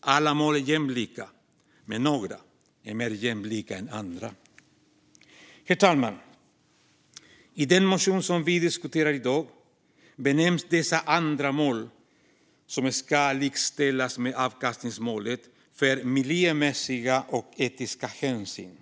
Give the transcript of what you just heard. Alla mål är jämlika, men några är mer jämlika än andra. Herr talman! I den motion som vi diskuterar i dag benämns de andra mål som ska likställas med avkastningsmålet som "miljömässiga och etiska hänsyn".